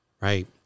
right